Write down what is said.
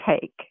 take